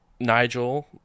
Nigel